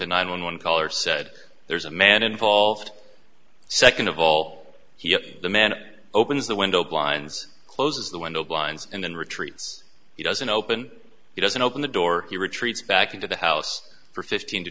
the nine one one caller said there's a man involved second of all he is the man it opens the window blinds closes the window blinds and then retreats he doesn't open he doesn't open the door he retreats back into the house for fifteen to